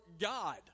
God